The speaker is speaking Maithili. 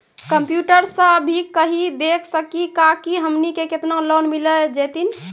कंप्यूटर सा भी कही देख सकी का की हमनी के केतना लोन मिल जैतिन?